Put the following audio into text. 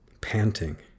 panting